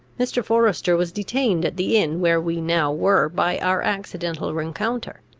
mr. forester was detained at the inn where we now were by our accidental rencounter,